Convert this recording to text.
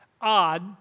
odd